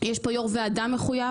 יש פה יושב-ראש ועדה מחויב,